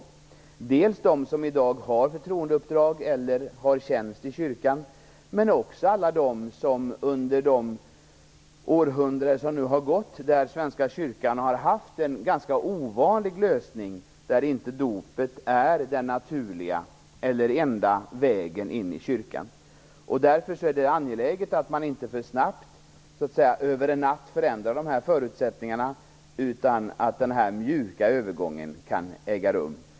Det gäller dels för dem som i dag har förtroendeuppdrag eller tjänst i kyrkan, dels för alla dem för vilka Svenska kyrkan under århundraden har haft en ganska ovanlig lösning, där dopet inte är den naturliga eller enda vägen in i kyrkan. Därför är det angeläget att man inte för snabbt, över en natt, förändrar de förutsättningarna utan att den mjuka övergången kan äga rum.